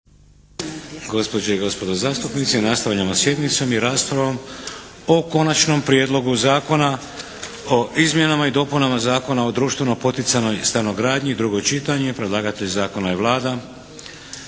Gospođe i gospodo zastupnici! Nastavljamo sjednicu sa raspravom o - Konačni prijedlog Zakona o izmjenama i dopunama Zakona o društveno poticajnoj stanogradnji – drugo čitanje, P.Z. br. 647 Predlagatelj zakona je Vlada.